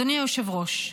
אדוני היושב-ראש,